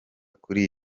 kuri